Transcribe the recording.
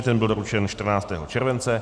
Ten byl doručen 14. července.